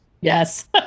Yes